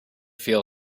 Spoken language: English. feel